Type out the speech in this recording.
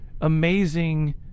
amazing